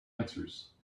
answers